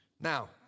Now